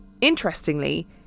Interestingly